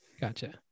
Gotcha